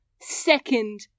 second